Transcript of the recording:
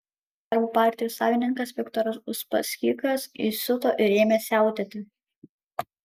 darbo partijos savininkas viktoras uspaskichas įsiuto ir ėmė siautėti